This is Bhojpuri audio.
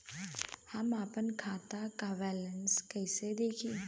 हम आपन खाता क बैलेंस कईसे देखी?